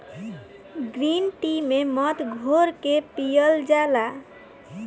green tea में मध घोर के पियल जाला